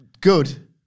Good